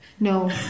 No